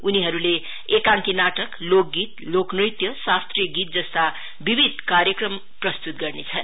उनीहरुले एंकाकी नाटकलोक गीत लोक नृत्यशास्त्रीय गीत जस्ता विविध कार्यक्रम प्रस्तुत गर्नेछन्